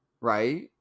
Right